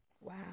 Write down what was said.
Wow